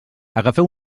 agafeu